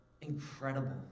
incredible